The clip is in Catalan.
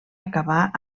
acabar